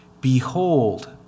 Behold